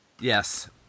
Yes